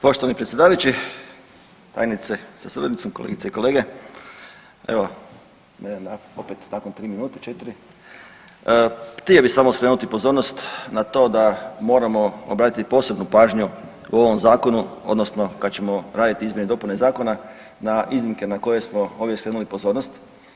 Poštovani predsjedavajući, tajnice sa suradnicom, kolegice i kolege evo mene opet nakon 3 minute, 4, htio bih samo skrenuti pozornost na to da moramo obratiti posebnu pažnju u ovom zakonu odnosno kad ćemo raditi izmjene i dopune zakona na iznimke na koje smo ovdje skrenuli pozornost.